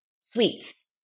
sweets